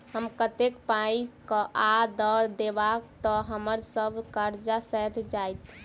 हम कतेक पाई आ दऽ देब तऽ हम्मर सब कर्जा सैध जाइत?